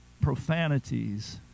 profanities